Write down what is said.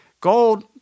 gold